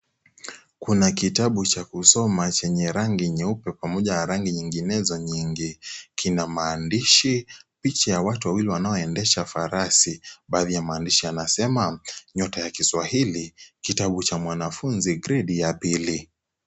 Kuna kitabu cha kusoma chenye rangi nyeupe pamoja na rangi nyinginezo nyingi, kina maandishi picha ya watu wawili wanao endesha farasi baadhi ya maandishi yanasema " Nyota ya Kiswahili". Kitabu cha mwanafunzi gredi ya pili.